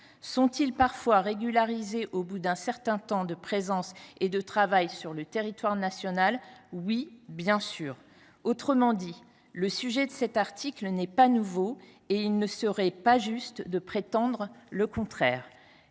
Sont elles parfois régularisées au bout d’un certain temps de présence et de travail sur le territoire national ? Oui, bien sûr ! Autrement dit, le sujet de cet article n’est pas nouveau et il ne serait pas juste de prétendre le contraire.